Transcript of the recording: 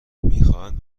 میخواهند